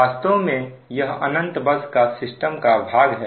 वास्तव में यह अनंत बस सिस्टम का भाग है